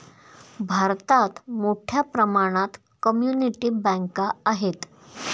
भारतात मोठ्या प्रमाणात कम्युनिटी बँका आहेत